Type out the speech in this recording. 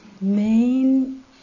main